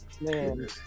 man